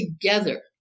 together